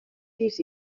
pis